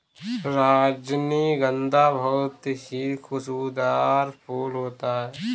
रजनीगंधा बहुत ही खुशबूदार फूल होता है